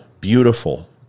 beautiful